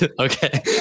Okay